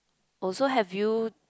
also have you